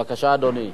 בבקשה, אדוני,